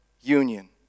union